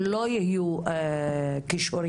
לא יהיו קישורים.